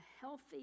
healthy